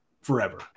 forever